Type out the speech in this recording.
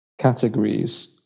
categories